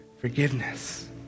forgiveness